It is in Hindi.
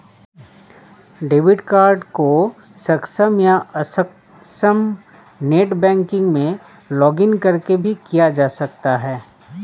डेबिट कार्ड को सक्षम या अक्षम नेट बैंकिंग में लॉगिंन करके भी किया जा सकता है